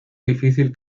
difícil